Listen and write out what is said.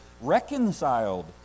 reconciled